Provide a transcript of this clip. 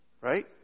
Right